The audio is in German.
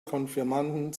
konfirmanden